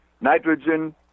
nitrogen